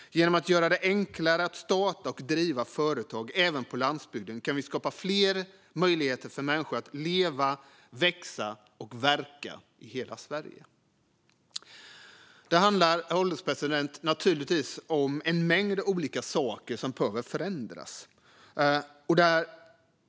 Genom att göra det enklare att starta och driva företag även på landsbygden kan vi skapa fler möjligheter för människor att leva, växa och verka i hela Sverige. Herr ålderspresident! Naturligtvis måste en mängd olika saker förändras.